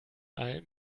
alm